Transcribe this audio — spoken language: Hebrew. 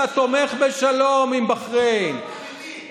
אתה תומך בשלום עם בחריין, בשלום אמיתי.